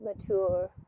mature